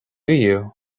you